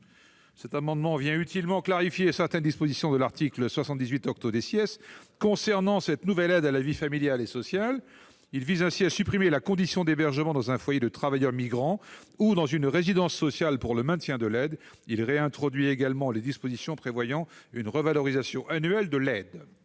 cet amendement clarifie utilement certaines dispositions de cet article relatives à cette nouvelle aide à la vie familiale et sociale, en supprimant la condition d'hébergement dans un foyer de travailleurs migrants ou dans une résidence sociale pour le maintien de l'aide et en réintroduisant les dispositions prévoyant une revalorisation annuelle de l'aide.